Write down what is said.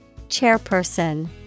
Chairperson